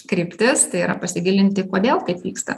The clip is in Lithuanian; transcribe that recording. kryptis tai yra pasigilinti kodėl taip vyksta